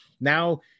now